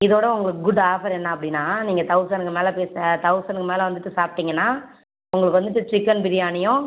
இதோடு உங்களுக்கு good offer என்ன அப்படினா நீங்கள் தௌசணுக்கு மேல் போய் சா தௌசணுக்கு மேல் வந்துட்டு சாப்பிட்டிங்கனா உங்களுக்கு வந்துட்டு சிக்கன் பிரியாணியும்